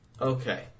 Okay